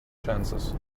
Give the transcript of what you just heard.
chances